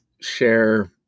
share